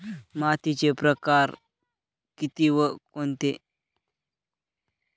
मातीचे प्रकार किती व कोणते?